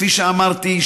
כפי שאמרתי,